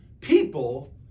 people